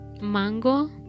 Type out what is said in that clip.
mango